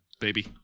Baby